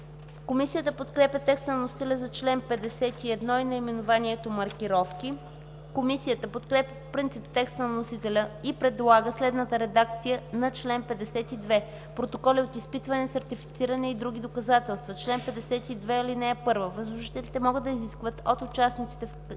Комисията подкрепя теста на вносителя за чл. 51 с наименование „Маркировки”. Комисията подкрепя по принцип текста на вносителя и предлага следната редакция на чл. 52: „Протоколи от изпитване, сертифициране и други доказателства Чл. 52. (1) Възложителите могат да изискват от участниците и